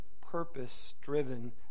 purpose-driven